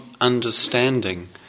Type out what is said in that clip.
understanding